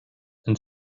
and